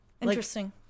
interesting